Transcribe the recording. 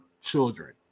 children